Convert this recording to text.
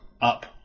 Up